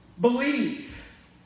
believe